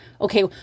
Okay